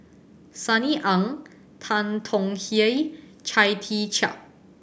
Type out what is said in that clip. Sunny Ang Tan Tong Hye Chia Tee Chiak